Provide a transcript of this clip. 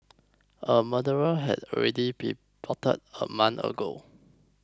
a murder had already been plotted a month ago